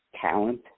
Talent